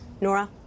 Nora